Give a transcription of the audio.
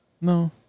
No